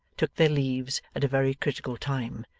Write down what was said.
took their leaves at a very critical time,